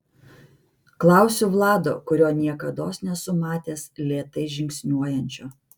klausiu vlado kurio niekados nesu matęs lėtai žingsniuojančio